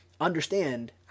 understand